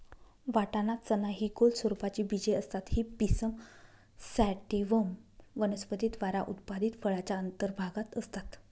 वाटाणा, चना हि गोल स्वरूपाची बीजे असतात ही पिसम सॅटिव्हम वनस्पती द्वारा उत्पादित फळाच्या अंतर्भागात असतात